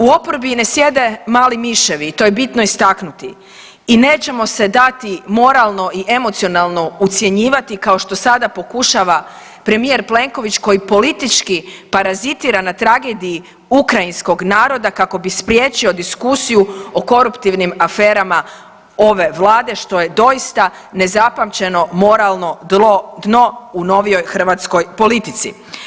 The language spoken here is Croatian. U oporbi ne sjede mali miševi i to je bitno istaknuti i nećemo se dati moralno i emocionalno ucjenjivati kao što sada pokušava premijer Plenković koji politički parazitira na tragediji ukrajinskog naroda kako bi spriječio diskusiju o koruptivnim aferama ove Vlade, što je doista nezapamćeno moralno dno u novijoj hrvatskoj politici.